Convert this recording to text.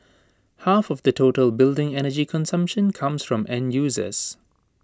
half of the total building energy consumption comes from end users